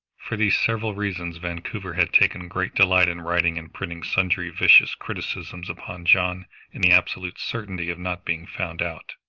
for these several reasons vancouver had taken great delight in writing and printing sundry vicious criticisms upon john in the absolute certainty of not being found out.